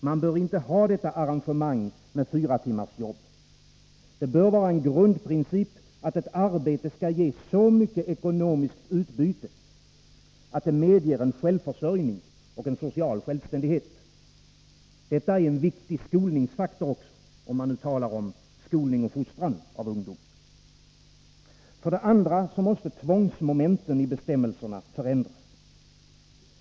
Man bör inte ha detta arrangemang med fyratimmarsjobb. Det bör vara en grundprincip att ett arbete skall ge så mycket ekonomiskt utbyte att det medger en självförsörjning och en social självständighet. Detta är också en viktig skolningsfaktor, om man nu talar om skolning och fostran av ungdom. För det andra måste tvångsmomenten i bestämmelserna förändras.